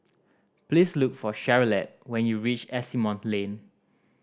please look for Charolette when you reach Asimont Lane